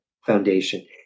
foundation